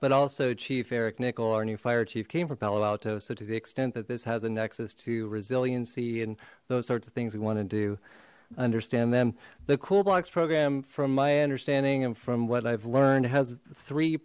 but also chief eric nichol our new fire chief came from palo alto so to the extent that this has a nexus to resiliency and those sorts of things we want to do understand them the cool blocks program from my understanding and from what i've learned has three